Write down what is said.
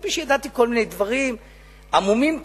אף-על-פי שידעתי כל מיני דברים עמומים כאלה.